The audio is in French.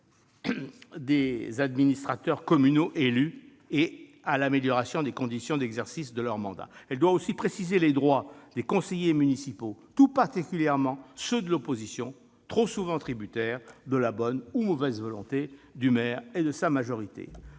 particulières des administrateurs communaux élus et à l'amélioration des conditions d'exercice de leur mandat. Elle doit aussi préciser les droits des conseillers municipaux, tout particulièrement ceux de l'opposition, trop souvent tributaires de la bonne ou mauvaise volonté du maire et de sa majorité.